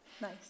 Nice